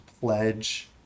pledge